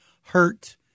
hurt